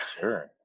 sure